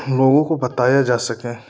लोगो को बताया जा सकें